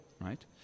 Right